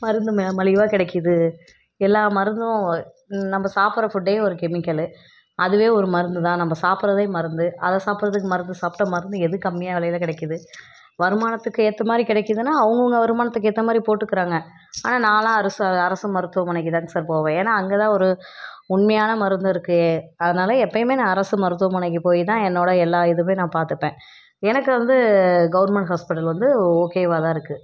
மருந்து ம மலிவாக கிடைக்கிது எல்லா மருந்தும் நம்ம சாப்பிட்ற ஃபுட்டே ஒரு கெமிக்கலு அதுவே ஒரு மருந்து தான் நம்ம சாப்பிட்றதே மருந்து அதை சாப்பிட்றதுக்கு மருந்து சாப்பிட்டா மருந்து எது கம்மியாக விலைல கிடைக்கிது வருமானத்துக்கு ஏற்ற மாதிரி கிடைக்கிதுன்னா அவங்கவங்க வருமானத்துக்கு ஏற்ற மாதிரி போட்டுக்கிறாங்க ஆனால் நான்லாம் அரசு அரசு மருத்துவமனைக்குதாங்க சார் போவேன் ஏன்னா அங்கே தான் ஒரு உண்மையான மருந்து இருக்குது அதனால் எப்போயுமே நான் அரசு மருத்துவமனைக்கு போய் தான் என்னோடய எல்லா இதுவும் நான் பார்த்துப்பேன் எனக்கு வந்து கவர்மெண்ட் ஹாஸ்பிட்டல் வந்து ஓகேவா தான் இருக்குது